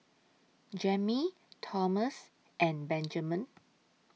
Jammie Thomas and Benjamen